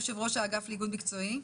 יושב-ראש האגף לאיגוד מקצועי,